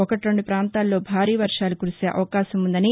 ఒకటి రెండు ప్రాంతాల్లో భారీ వర్వాలు కురిసే అవకాశం ఉన్నాయని